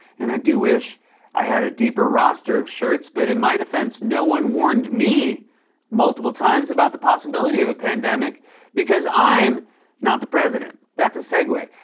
and i do wish i had a deeper roster of shirts, but in my defense, no one warned me multiple times about the possibility of a pandemic because i'm not the president. that's a segue.